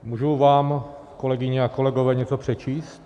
Můžu vám, kolegyně a kolegové, něco přečíst?